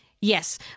Yes